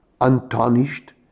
untarnished